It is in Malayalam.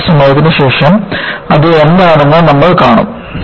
കുറച്ച് സമയത്തിന് ശേഷം അത് എന്താണെന്ന് നമ്മൾ കാണും